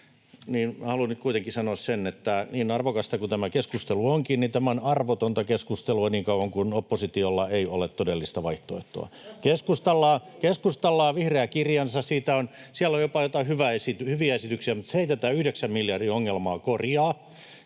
haluan nyt kuitenkin sanoa sen, että niin arvokasta kuin tämä keskustelu onkin, tämä on arvotonta keskustelua niin kauan kuin oppositiolla ei ole todellista vaihtoehtoa. [Antti Kurvinen: Tässä on vaihtoehto!] — Keskustalla on vihreä kirjansa. Siellä on jopa jotain hyviä esityksiä, mutta se ei tätä yhdeksän miljardin ongelmaa korjaa